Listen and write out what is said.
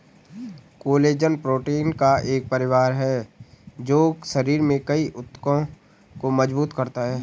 collagen protein का एक परिवार है जो शरीर में कई ऊतकों को मजबूत करता है